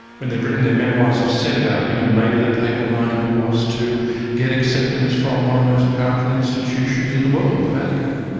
when they've written their memoirs have said about him and maybe the papal knighthood was to get acceptance from one of the most powerful institutions in the world, the vatican.